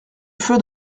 feu